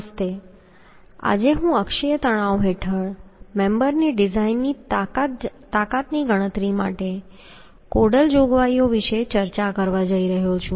નમસ્તે આજે હું અક્ષીય તણાવ હેઠળ મેમ્બર ની ડિઝાઇન તાકાતની ગણતરી માટે કોડલ જોગવાઈઓ વિશે ચર્ચા કરવા જઈ રહ્યો છું